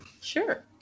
Sure